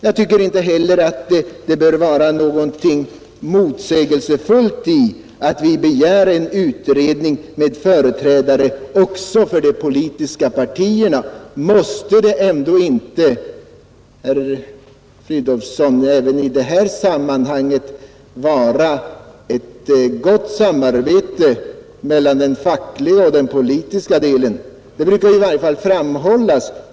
Jag tycker inte heller att det bör vara något motsägelsefullt i att vi begär en utredning med företrädare också för de politiska partierna. Måste det ändå inte, herr Fridolfsson, även i detta sammanhang vara ett gott samarbete mellan den fackliga och den politiska delen? Det brukar i varje fall framhållas.